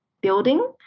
building